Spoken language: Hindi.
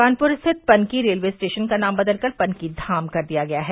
कानपुर स्थित पनकी रेलवे स्टेशन का नाम बदलकर पनकीधाम कर दिया गया है